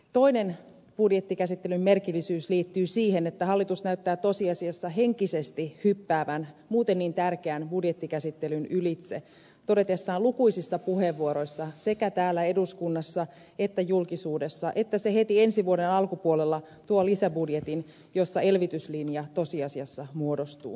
toinen budjettikäsittelyn merkillisyys liittyy siihen että hallitus näyttää tosiasiassa henkisesti hyppäävän muuten niin tärkeän budjettikäsittelyn ylitse todetessaan lukuisissa puheenvuoroissa sekä täällä eduskunnassa että julkisuudessa että se heti ensi vuoden alkupuolella tuo lisäbudjetin jossa elvytyslinja tosiasiassa muodostuu